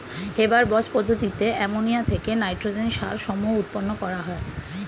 Haber Bosch পদ্ধতিতে ammonia থেকে nitrogen সার সমূহ উৎপন্ন করা হয়